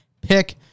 pick